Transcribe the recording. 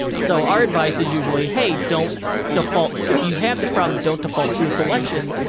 so, our advice is usually, hey, don't default, if you have this problem, don't default to a selection,